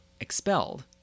expelled